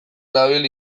nabil